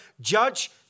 judge